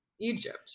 Egypt